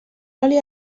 oli